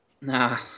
Nah